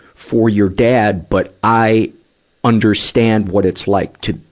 for your dad, but i understand what it's like to,